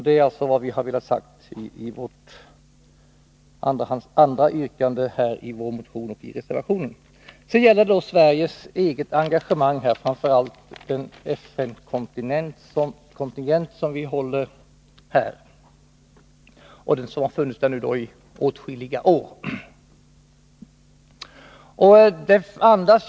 Det är vad vi har velat framhålla i yrkande 2 i vår motion, liksom också i reservationen. Sedan till Sveriges eget engagemang, framför allt beträffande den FN-kontingent som Sverige har på Cypern sedan åtskilliga år tillbaka.